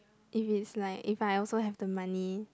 if it's like if I also have the money